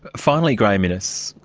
finally, graeme innes,